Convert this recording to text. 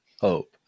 Hope